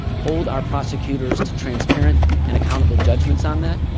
hold our prosecutors to transparent and accountable judgments on that,